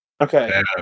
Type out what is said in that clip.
Okay